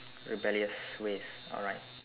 rebellious ways alright